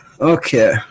Okay